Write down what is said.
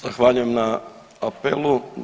Zahvaljujem na apelu.